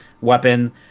weapon